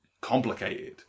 Complicated